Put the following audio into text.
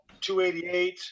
288 –